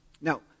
Now